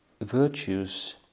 virtues